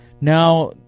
Now